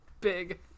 Big